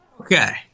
Okay